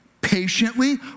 patiently